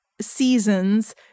seasons